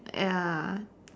ya